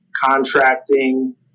contracting